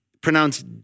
pronounced